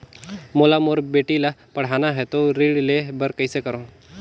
मोला मोर बेटी ला पढ़ाना है तो ऋण ले बर कइसे करो